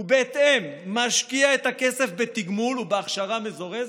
ובהתאם משקיע את הכסף בתגמול ובהכשרה מזורזת?